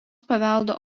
paveldo